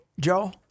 Joe